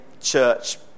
church